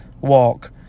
walk